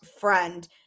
friend